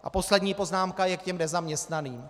A poslední poznámka je k nezaměstnaným.